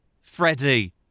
Freddie